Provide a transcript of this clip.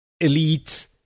elite